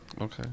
Okay